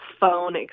phone